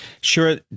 Sure